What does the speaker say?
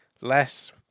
less